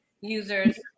users